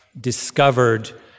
discovered